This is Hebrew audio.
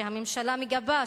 שהממשלה מגבה,